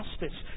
justice